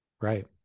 Right